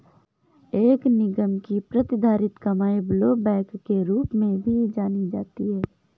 एक निगम की प्रतिधारित कमाई ब्लोबैक के रूप में भी जानी जाती है